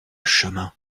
chemin